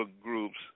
groups